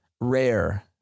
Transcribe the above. Rare